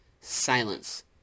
silence